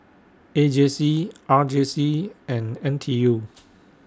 A J C R J C and N T U